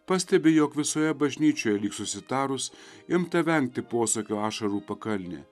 pastebi jog visoje bažnyčioje lyg susitarus imta vengti posakio ašarų pakalnę